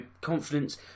confidence